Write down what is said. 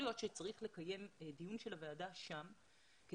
להיות שצריך לקיים דיון של הוועדה שם.